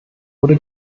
wurde